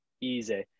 Easy